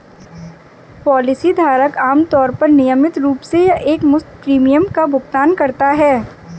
policy धारक आमतौर पर नियमित रूप से या एकमुश्त प्रीमियम का भुगतान करता है